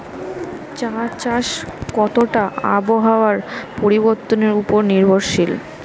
চা চাষ কতটা আবহাওয়ার পরিবর্তন উপর নির্ভরশীল?